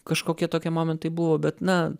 kažkokie tokie momentai buvo bet na